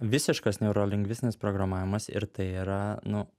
visiškas neurolingvistinis programavimas ir tai yra nu